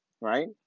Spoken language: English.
right